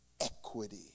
equity